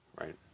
Right